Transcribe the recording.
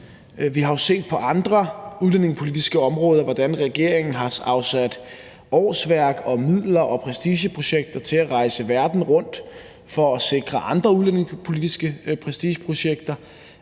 Vi har jo set på andre udlændingepolitiske områder, at regeringen har afsat årsværk og midler og prestigeprojekter til at rejse verden rundt for at sikre andre udlændingepolitiske prestigeprojekter.